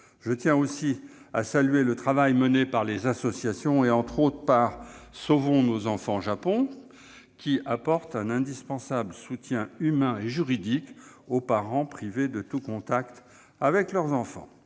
Je tiens aussi à saluer le travail mené par les associations, notamment l'association Sauvons nos enfants Japon, qui apporte un indispensable soutien humain et juridique aux parents privés de tout contact avec leurs enfants.